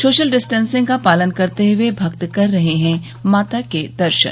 social distancing का पालन करते हए भक्त कर रहे हैं माता के दर्शन